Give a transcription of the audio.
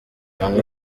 bamwe